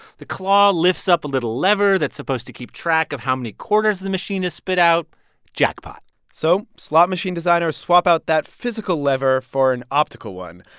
the claw lifts up a little lever that's supposed to keep track of how many quarters the machine has spit out jackpot so slot machine designers swap out that physical lever for an optical one,